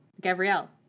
Gabrielle